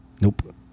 Nope